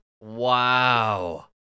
Wow